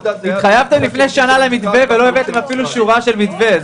התחייבתם לפני שנה למתווה ולא הבאתם אפילו שורה של מתווה.